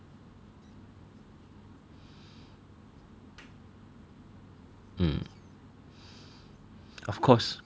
mm of course